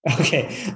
Okay